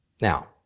Now